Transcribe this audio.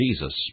Jesus